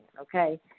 okay